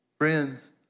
friends